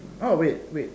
oh wait wait